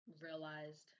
realized